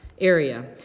area